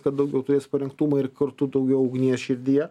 kad daugiau turės parengtumo ir kartu daugiau ugnies širdyje